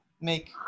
make